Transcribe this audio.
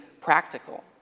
practical